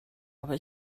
aber